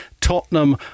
Tottenham